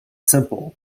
simple